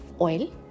oil